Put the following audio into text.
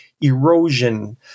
erosion